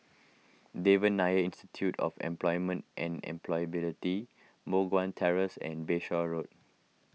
Devan Nair Institute of Employment and Employability Moh Guan Terrace and Bayshore Road